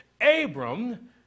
Abram